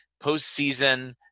postseason